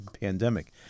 pandemic